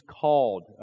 called